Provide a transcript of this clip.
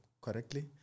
correctly